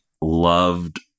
loved